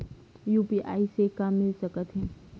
UPI से का मिल सकत हे?